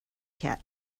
cat